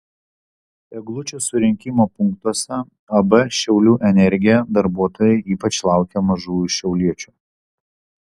eglučių surinkimo punktuose ab šiaulių energija darbuotojai ypač laukė mažųjų šiauliečių